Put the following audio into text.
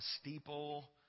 steeple